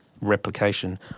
replication